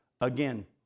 again